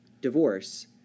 divorce